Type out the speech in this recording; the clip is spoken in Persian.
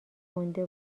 گنده